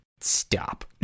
stop